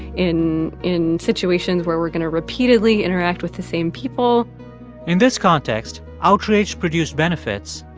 in in situations where we're going to repeatedly interact with the same people in this context, outrage produced benefits,